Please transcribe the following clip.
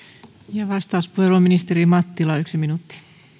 ja vastauspuheenvuoro ministeri mattila yksi minuutti